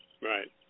right